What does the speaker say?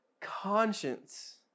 conscience